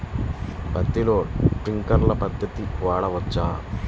పత్తిలో ట్వింక్లర్ పద్ధతి వాడవచ్చా?